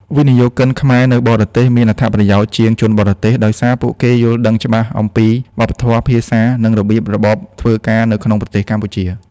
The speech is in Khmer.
វិនិយោគិនខ្មែរនៅបរទេសមានអត្ថប្រយោជន៍ជាងជនបរទេស ដោយសារពួកគេយល់ដឹងច្បាស់អំពីវប្បធម៌ ភាសា និងរបៀបរបបធ្វើការនៅក្នុងប្រទេសកម្ពុជា។